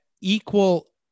equal